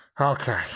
Okay